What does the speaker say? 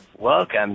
Welcome